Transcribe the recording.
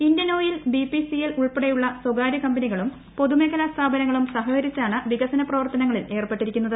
Indian oil BPCL ഉൾപ്പെടെയുള്ള സ്വകാര്യ കമ്പനികളും പൊതുമേഖലാ സ്ഥാപനങ്ങളും പ്രസഹകരിച്ചാണ് വികസന പ്രവർത്തനങ്ങളിൽ ഏർപ്പെട്ടിരീക്കുന്നത്